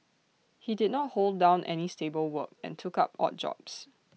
he did not hold down any stable work and took up odd jobs